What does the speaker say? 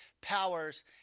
powers